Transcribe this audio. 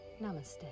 Namaste